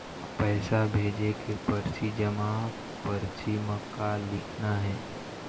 पैसा भेजे के परची जमा परची म का लिखना हे?